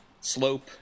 slope